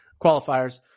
Qualifiers